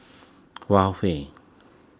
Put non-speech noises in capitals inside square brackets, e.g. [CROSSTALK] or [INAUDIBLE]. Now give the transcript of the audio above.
[NOISE] Huawei